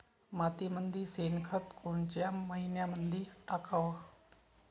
मातीमंदी शेणखत कोनच्या मइन्यामंधी टाकाव?